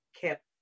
kept